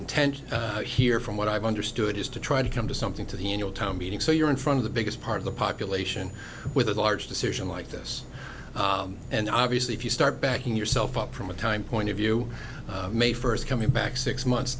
intent here from what i've understood is to try to come to something to the in your town meeting so you're in front of the biggest part of the population with a large decision like this and obviously if you start backing yourself up from a time point of view may first coming back six months